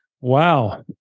Wow